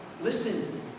Listen